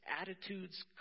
attitudes